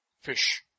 fish